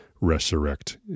resurrect